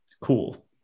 Cool